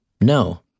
No